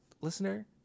listener